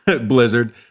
Blizzard